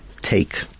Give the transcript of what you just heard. take